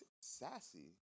sassy